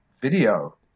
video